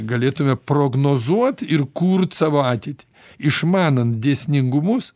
galėtume prognozuot ir kurt savo ateitį išmanant dėsningumus